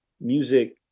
music